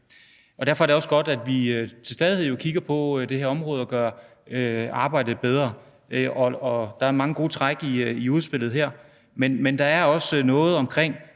Derfor er det også godt, at vi til stadighed kigger på det her område og gør arbejdet bedre. Der er mange gode træk i udspillet her – bl.a. er det rigtig